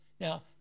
Now